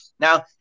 Now